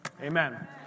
amen